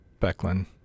Becklin